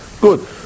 good